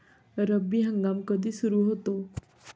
रब्बी हंगाम कधी सुरू होतो?